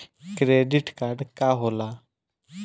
Credit card का होला?